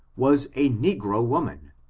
was a negro woman,